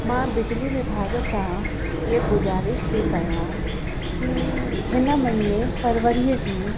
मां बिजली विभाग सां इहा गुज़ारिश थी कयां की हिन महीने फरवरीअ जी